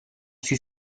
sui